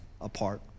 apart